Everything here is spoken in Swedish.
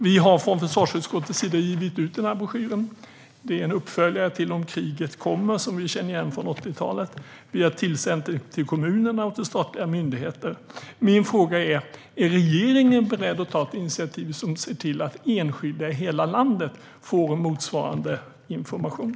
Vi har från försvarsutskottets sida gett ut en broschyr - det är en uppföljare till Om kriget kommer , som vi känner igen från 80-talet. Vi har sänt den till kommunerna och till statliga myndigheter. Min fråga är: Är regeringen beredd att ta ett initiativ för att se till att enskilda i hela landet får motsvarande information?